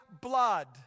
blood